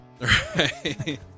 Right